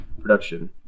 production